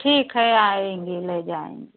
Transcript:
ठीक है आएँगे ले जाएँगे